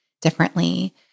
differently